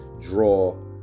draw